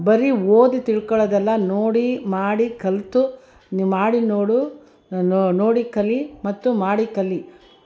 ಬರೀ ಓದಿ ತಿಳ್ಕೊಳ್ಳೋದು ಅಲ್ಲ ನೋಡಿ ಮಾಡಿ ಕಲಿತು ನೀವು ಮಾಡಿ ನೋಡು ನೋಡಿ ಕಲಿ ಮತ್ತು ಮಾಡಿ ಕಲಿ